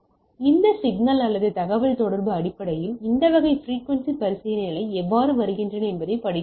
எனவே இந்த சிக்னல் அல்லது தகவல்தொடர்பு அடிப்படையில் இந்த வகை பிரிக்குவென்சி பரிசீலனைகள் எவ்வாறு வருகின்றன என்பதை படிக்க வேண்டும்